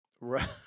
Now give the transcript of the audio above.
Right